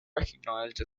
recognized